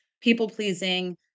people-pleasing